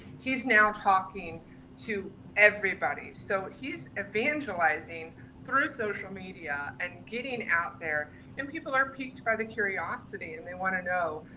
he's now talking to everybody. so he's evangelizing through social media and getting out there and people are peaked by the curiosity and they wanna know.